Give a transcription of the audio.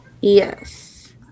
Yes